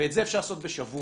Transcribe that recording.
ואת זה אפשר לעשות בשבוע.